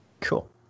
Cool